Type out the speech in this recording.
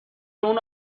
اونو